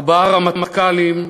ארבעה רמטכ"לים,